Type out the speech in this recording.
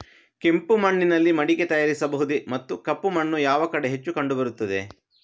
ಕೆಂಪು ಮಣ್ಣಿನಲ್ಲಿ ಮಡಿಕೆ ತಯಾರಿಸಬಹುದೇ ಮತ್ತು ಕಪ್ಪು ಮಣ್ಣು ಯಾವ ಕಡೆ ಹೆಚ್ಚು ಕಂಡುಬರುತ್ತದೆ?